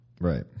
Right